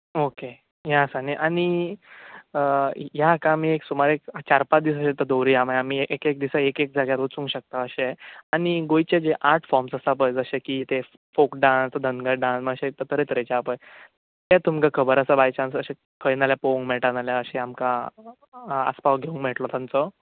okay हे आसा न्ही आनी ह्या हाका आमी एक सुमार एक चार पांच दीस अशे त दवरुयां माय आमी एक एक दिसा एक एक जाग्यार वचूंक शकता अशे आनी गोंयचे जे आट फॉम्स आसा पळय जशे की ते फोक डान्स तो धनगर डान्स मात्शे तरे तरेचे आ पळय ते तुमकां खबर आसा बाय चान्स अशे खंय नाल्या पोंग मेळटा नाल्या अशे आमकां आस्पाव घेवंक मेळटलो तांचो